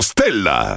Stella